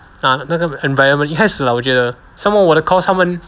ah 那个 environment 一开始 lah 我觉得 somemore 我的 course 他们